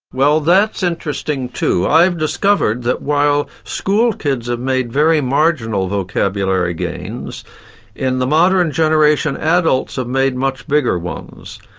well that's interesting too. i've discovered that while school kids have made very marginal vocabulary gains in the modern generation adults have made much bigger ones.